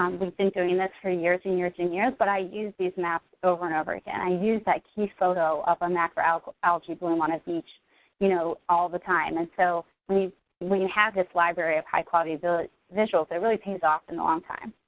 um we've been doing this for years and years and years but i use these maps over and over again. i use that key photo of a macroalgae macroalgae bloom on a beach you know all the time. and so when you have this library of high quality visuals, it really pays off in the long time.